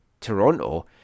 Toronto